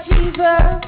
Jesus